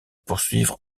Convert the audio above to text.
poursuivre